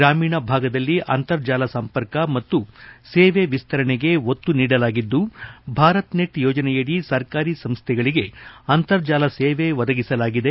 ಗ್ರಾಮೀಣ ಭಾಗದಲ್ಲಿ ಅಂತರ್ಜಾಲ ಸಂಪರ್ಕ ಮತ್ತು ಸೇವೆ ವಿಶ್ವರಣೆಗೆ ಒತ್ತು ನೀಡಲಾಗಿದ್ದು ಭಾರತ್ ನೆಟ್ ಯೋಜನೆಯಡಿ ಸರ್ಕಾರಿ ಸಂಸ್ಥೆಗಳಿಗೆ ಅಂತರ್ಜಾಲ ಸೇವೆ ಒದಗಿಸಲಾಗಿದೆ